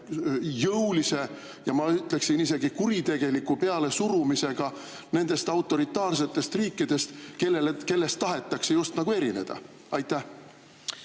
jõulise, ja ma ütleksin, isegi kuritegeliku pealesurumisega nendest autoritaarsetest riikidest, kellest tahetakse justkui erineda? Aitäh!